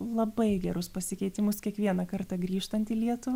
labai gerus pasikeitimus kiekvieną kartą grįžtant į lietuvą